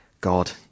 God